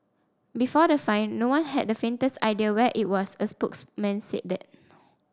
before the find no one had the faintest idea where it was a spokesman said that